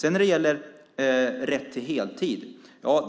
Förslaget om rätt till heltid var